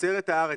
תוצרת הארץ.